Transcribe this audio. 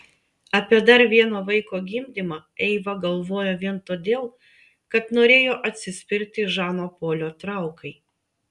apie dar vieno vaiko gimdymą eiva galvojo vien todėl kad norėjo atsispirti žano polio traukai